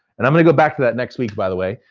and i'm gonna go back to that next week, by the way.